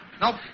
Nope